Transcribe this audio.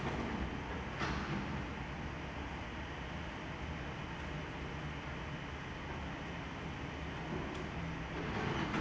the